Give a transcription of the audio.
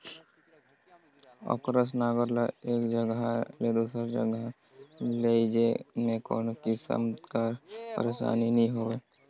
अकरस नांगर ल एक जगहा ले दूसर जगहा लेइजे मे कोनो किसिम कर पइरसानी नी होए